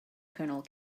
kernel